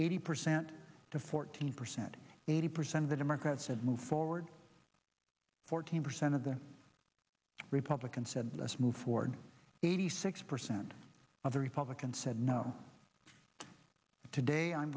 eighty percent to fourteen percent eighty percent of the democrats had moved forward fourteen percent of the republicans said let's move forward eighty six percent of the republicans said no today i'm